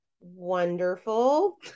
Wonderful